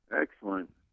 Excellent